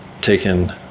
taken